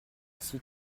ici